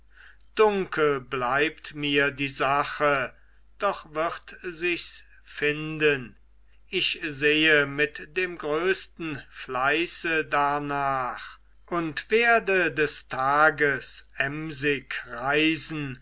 dunkel bleibt mir die sache doch wird sichs finden ich sehe mit dem größten fleiße darnach und werde des tages emsig reisen